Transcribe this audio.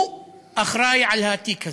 הוא אחראי לתיק הזה.